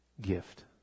gift